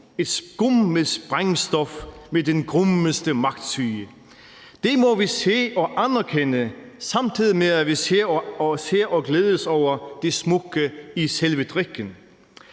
et skum med sprængstof, med den grummeste magtsyge. Det må vi se og anerkende, samtidig med at vi ser og glædes over det smukke i selve drikken.